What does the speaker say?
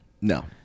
No